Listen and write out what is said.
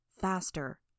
Faster